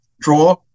draw